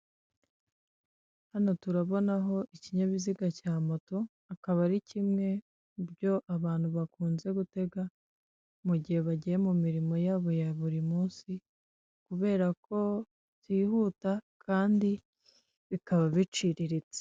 Hano turabonaho ikinyabiziga cya moto, akaba ari kimwe mu byo abantu bakunze gutega mu gihe bagiye mu mirimo yabo ya buri munsi, kubera ko byihuta kandi bikaba biciriritse.